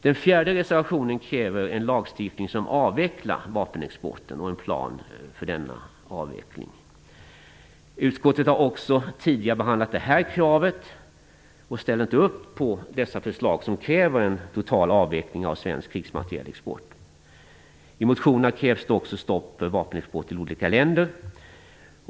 Den fjärde reservationen kräver en lagstiftning som avvecklar vapenexporten och en plan för denna avveckling. Utskottet har tidigare behandlat också det kravet och ställer inte upp på de förslag som kräver en total avveckling av svensk krigsmaterielexport. I motionerna krävs också stopp för vapenexport till olika länder.